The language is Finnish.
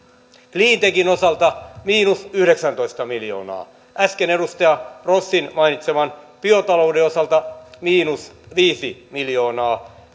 cleantechin osalta miinus yhdeksäntoista miljoonaa äsken edustaja rossin mainitseman biotalouden osalta miinus viisi miljoonaa